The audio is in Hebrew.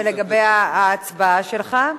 ולגבי ההצבעה שלך?